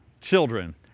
children